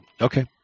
Okay